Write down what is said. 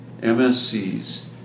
MSCs